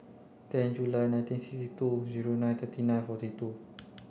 ten July nineteen sixty two zero nine thirty nine forty two